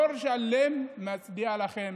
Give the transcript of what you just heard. דור שלם מצדיע לכן